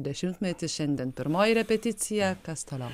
dešimtmetis šiandien pirmoji repeticija kas toliau